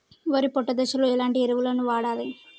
వరి పొట్ట దశలో ఎలాంటి ఎరువును వాడాలి?